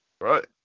Right